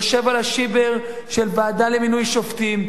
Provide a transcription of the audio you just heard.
יושב על ה"שיבר" של הוועדה למינוי שופטים.